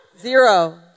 Zero